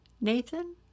Nathan